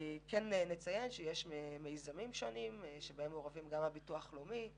נציין שיש מיזמים שונים שבהם מעורבים גם הביטוח הלאומי,